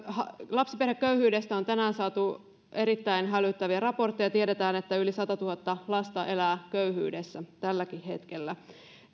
lapsiperheköyhyydestä on tänään saatu erittäin hälyttäviä raportteja tiedetään että yli satatuhatta lasta elää köyhyydessä tälläkin hetkellä